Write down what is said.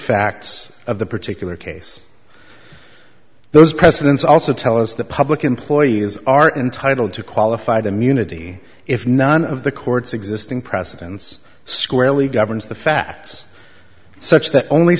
facts of the particular case those precedents also tell us the public employees are entitled to qualified immunity if none of the court's existing precedence squarely governs the facts such that only